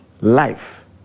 life